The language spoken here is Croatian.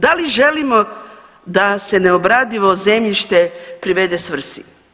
Da li želimo da se neobradivo zemljište privede svrsi?